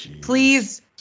Please